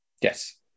Yes